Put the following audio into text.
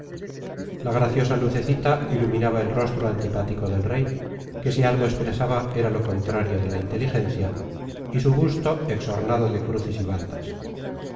la graciosa lucecita iluminaba el rostro antipático del rey que si algo expresaba era lo contrario de la inteligencia y su busto exornado de cruces y bandas